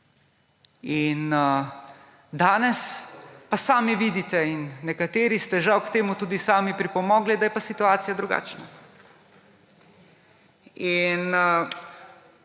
Danes pa sami vidite, in nekateri ste žal k temu tudi sami pripomogli, da je pa situacija drugačna.